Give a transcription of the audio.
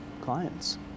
clients